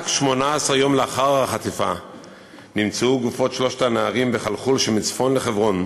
רק 18 יום לאחר החטיפה נמצאו גופות שלושת הנערים בחלחול שמצפון לחברון.